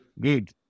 Good